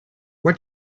what